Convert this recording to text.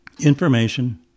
Information